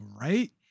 right